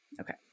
Okay